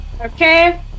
Okay